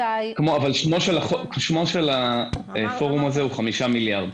שמו של הפורום הזה הוא חמישה מיליארד,